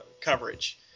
coverage